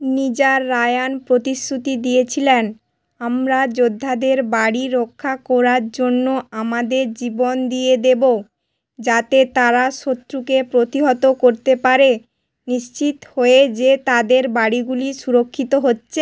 Nizar Rayan প্রতিশ্রুতি দিয়েছিলেন আমরা যোদ্ধাদের বাড়ি রক্ষা কোরার জন্য আমাদের জীবন দিয়ে দেব যাতে তারা শত্রুকে প্রতিহত করতে পারে নিশ্চিত হয়ে যে তাদের বাড়িগুলি সুরক্ষিত হচ্ছে